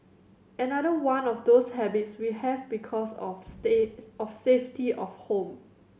another one of those habits we have because of stay of safety of home